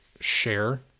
share